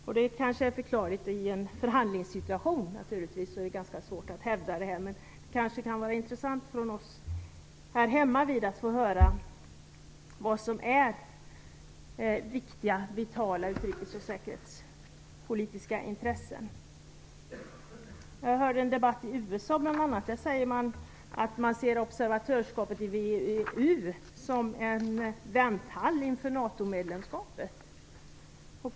Det är i och för sig förklarligt, eftersom det är svårt att hävda vetorätten i en förhandlingssituation. Det skulle kanske vara intressant för oss här hemma att få höra vad som är viktiga vitala utrikes och säkerhetspolitiska intressen. Jag hörde en debatt i USA. Där betraktas observatörskapet i VEU som en vänthall inför NATO medlemskapet.